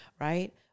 right